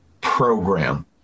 program